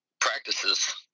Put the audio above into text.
practices